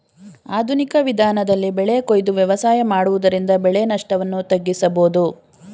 ಆಧುನಿಕ ವಿಧಾನದಲ್ಲಿ ಬೆಳೆ ಕೊಯ್ದು ವ್ಯವಸಾಯ ಮಾಡುವುದರಿಂದ ಬೆಳೆ ನಷ್ಟವನ್ನು ತಗ್ಗಿಸಬೋದು